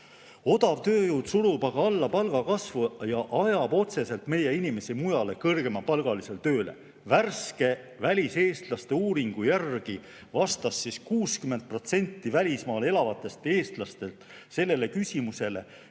Odav tööjõud surub aga alla palgakasvu ja ajab otseselt meie inimesi mujale, kõrgema palgaga tööle. Värske väliseestlaste uuringu järgi vastas 60% välismaal elavatest eestlastest sellele küsimusele,